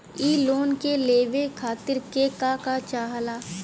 इ लोन के लेवे खातीर के का का चाहा ला?